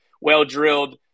well-drilled